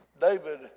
David